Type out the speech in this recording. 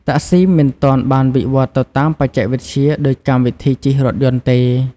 តាក់ស៊ីមិនទាន់បានវិវត្តទៅតាមបច្ចេកវិទ្យាដូចកម្មវិធីជិះរថយន្តទេ។